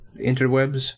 interwebs